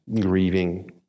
grieving